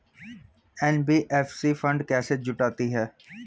NBFC fund कैसे जुटाती है?